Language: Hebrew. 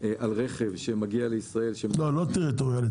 על רכב שמגיע לישראל --- לא טריטוריאלית,